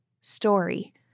story